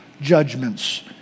judgments